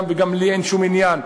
וגם לי אין שום עניין,